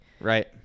Right